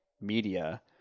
media